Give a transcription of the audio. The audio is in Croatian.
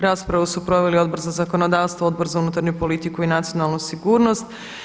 Raspravu su proveli Odbor za zakonodavstvo, Odbor za unutarnju politiku i nacionalnu sigurnost.